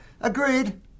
Agreed